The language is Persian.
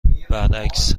برعکس